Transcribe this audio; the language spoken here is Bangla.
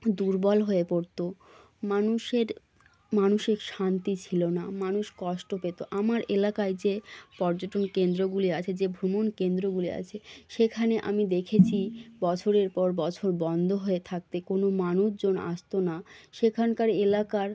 দুর্বল হয়ে পড়তো মানুষের মানসিক শান্তি ছিলো না মানুষ কষ্ট পেতো আমার এলাকায় যে পর্যটন কেন্দ্রগুলি আছে যে ভ্রমণ কেন্দ্রগুলি আছে সেখানে আমি দেখেছি বছরের পর বছরব ন্ধ হয়ে থাকতে কোনো মানুজন আসতো না সেখানকার এলাকার